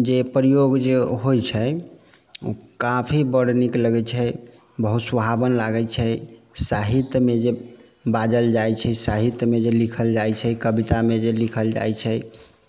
जे प्रयोग जे होइ छै काफी बड़ नीक लगै छै बहुत सुहावन लागै छै साहित्यमे जे बाजल जाइ छै साहित्यमे जे लिखल जाइ छै कवितामे जे लिखल जाइ छै